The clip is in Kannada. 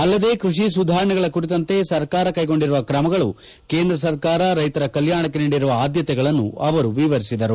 ಅಲ್ಲದೆ ಕೃಷಿ ಸುಧಾರಣೆಗಳ ಕುರಿತಂತೆ ಸರ್ಕಾರ ಕೈಗೊಂಡಿರುವ ಕ್ರಮಗಳು ಕೇಂದ್ರ ಸರ್ಕಾರ ರೈತರ ಕಲ್ಯಾಣಕ್ಕೆ ನೀಡಿರುವ ಆದ್ಯತೆಗಳನ್ನು ಅವರು ವಿವರಿಸಿದರು